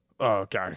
Okay